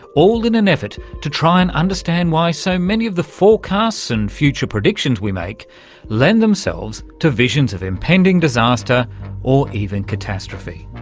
all in an effort to try and understand why so many of the forecasts and future predictions we make lend themselves to visions of impending disaster or even catastrophe.